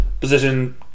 position